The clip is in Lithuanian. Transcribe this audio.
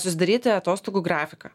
susidaryti atostogų grafiką